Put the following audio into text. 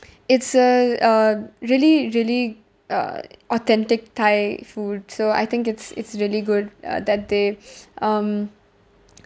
it's a uh really really uh authentic thai food so I think it's it's really good uh that they um